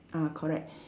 ah correct